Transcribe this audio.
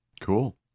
Cool